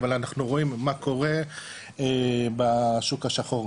אבל אנחנו רואים מה קורה בשוק השחור.